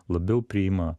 labiau priima